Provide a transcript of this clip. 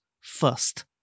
first